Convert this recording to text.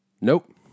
Nope